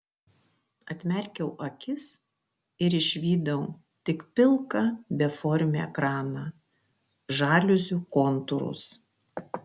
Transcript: atmerkiau akis ir išvydau tik pilką beformį ekraną žaliuzių kontūrus